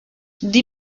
die